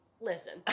Listen